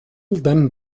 then